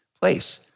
place